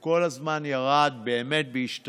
כל הזמן הוא ירד בהשתדלות